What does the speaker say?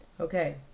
Okay